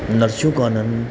नर्सियूं कोन आहिनि